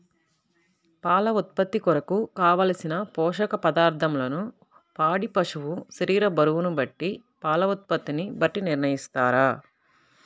పాల ఉత్పత్తి కొరకు, కావలసిన పోషక పదార్ధములను పాడి పశువు శరీర బరువును బట్టి పాల ఉత్పత్తిని బట్టి నిర్ణయిస్తారా?